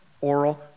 Oral